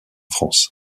france